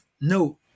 no